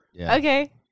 Okay